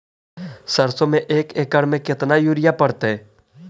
सरसों में एक एकड़ मे केतना युरिया पड़तै?